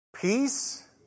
Peace